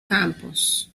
campos